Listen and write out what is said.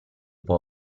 può